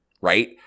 right